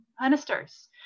ministers